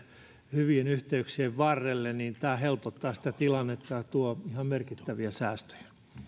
hyvien yhteyksien varrelle niin tämä helpottaa sitä tilannetta ja tuo ihan merkittäviä säästöjä